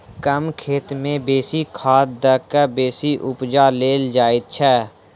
कम खेत मे बेसी खाद द क बेसी उपजा लेल जाइत छै